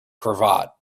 cravat